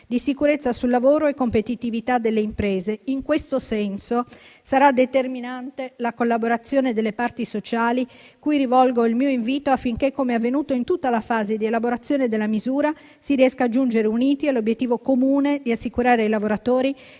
di sicurezza sul lavoro e competitività delle imprese. In questo senso sarà determinante la collaborazione delle parti sociali, cui rivolgo il mio invito affinché, come avvenuto in tutta la fase di elaborazione della misura, si riesca a giungere uniti all'obiettivo comune di assicurare ai lavoratori